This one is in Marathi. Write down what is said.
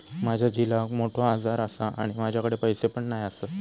माझ्या झिलाक मोठो आजार आसा आणि माझ्याकडे पैसे पण नाय आसत